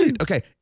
Okay